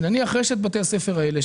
רשת בתי הספר הללו,